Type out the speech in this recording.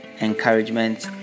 encouragement